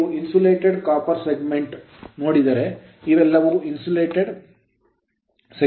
ನೀವು insulated insulated copper segment ತಾಮ್ರದ segment ನ್ನು ನೋಡಿದರೆ ಇವೆಲ್ಲವೂ insulated segment ಇನ್ಸುಲೇಟೆಡ್ ಸೆಗ್ಮೆಂಟ್